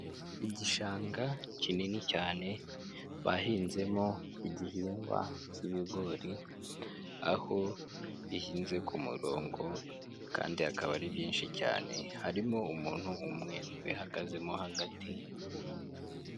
Igishanga kinini cyane bahinzemo igihingwa k'ibigori, aho bihinze ku murongo kandi hakaba ari byinshi cyane, harimo umuntu umwe ubihagazemo hagati.